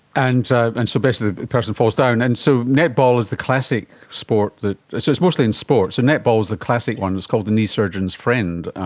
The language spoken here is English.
and and so basically the person falls down. and so netball is the classic sport, so it's mostly in sport, so netball is the classic one, it's called the knee surgeon's friend.